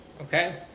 Okay